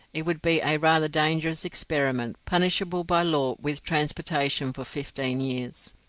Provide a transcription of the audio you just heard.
it would be a rather dangerous experiment, punishable by law with transportation for fifteen years.